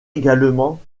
également